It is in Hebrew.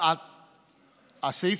סעיף